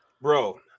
Bro